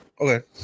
okay